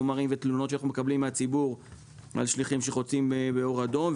סרטונים ותלונות שאנחנו מקבלים מהציבור על שליחים שחוצים באור אדום,